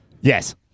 Yes